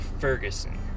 Ferguson